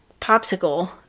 popsicle